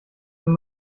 wenn